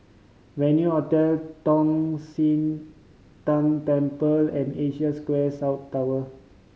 Venue Hotel Tong Sian Tng Temple and Asia Square South Tower